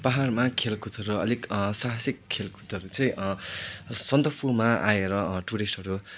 पाहाडमा खेलकुदहरू अलिक साहसिक खेलकुदहरू चाहिँ सन्दकपूमा आएर टुरिस्टहरू